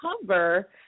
cover